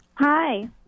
hi